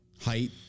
Height